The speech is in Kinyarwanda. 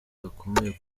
gakomeye